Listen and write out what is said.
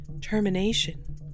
termination